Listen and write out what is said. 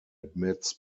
admits